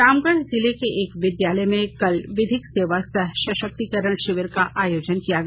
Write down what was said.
रामगढ़ जिले के एक विद्यालय में कल विधिक सेवा सह सशक्तिकरण शिविर का आयोजन किया गया